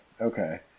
okay